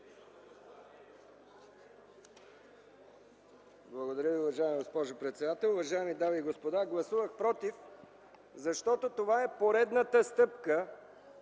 Благодаря Ви, уважаема госпожо председател! Уважаеми дами и господа, гласувах „против”, защото това е поредната стъпка,